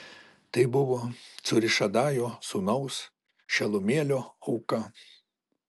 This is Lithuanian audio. tai buvo cūrišadajo sūnaus šelumielio auka